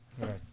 Right